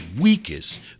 weakest